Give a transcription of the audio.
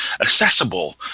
accessible